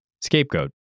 Scapegoat